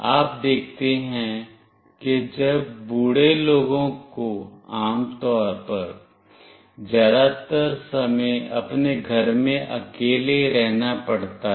आप देखते हैं कि जब बूढ़े लोगों को आमतौर पर ज्यादातर समय अपने घर में अकेले रहना पड़ता है